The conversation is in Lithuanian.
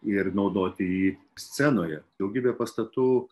ir naudoti jį scenoje daugybė pastatų